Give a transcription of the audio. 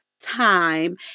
time